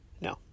No